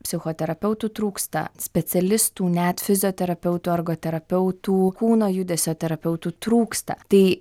psichoterapeutų trūksta specialistų net fizioterapeutų argo terapeutų kūno judesio terapeutų trūksta tai